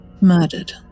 murdered